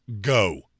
go